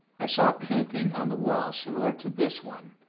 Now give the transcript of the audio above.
i saw a painting on the wall, similar to this one,